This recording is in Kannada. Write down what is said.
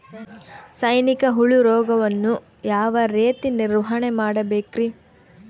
ಸೈನಿಕ ಹುಳು ರೋಗವನ್ನು ಯಾವ ರೇತಿ ನಿರ್ವಹಣೆ ಮಾಡಬೇಕ್ರಿ?